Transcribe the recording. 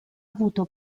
avuto